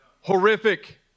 horrific